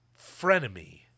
frenemy